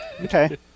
Okay